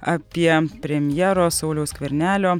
apie premjero sauliaus skvernelio